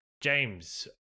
James